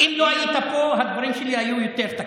אם לא היית פה הדברים שלי היו יותר תקיפים,